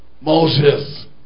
Moses